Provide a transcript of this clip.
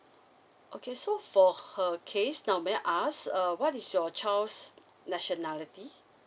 okay so for her case now may I ask uh what is your child's nationality